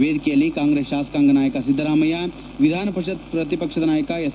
ವೇದಿಕೆಯಲ್ಲಿ ಕಾಂಗ್ರೆಸ್ ಶಾಸಕಾಂಗ ನಾಯಕ ಸಿದ್ದರಾಮಯ್ಯ ವಿಧಾನಪರಿಷತ್ ವಿಪಕ್ಷ ನಾಯಕ ಎಸ್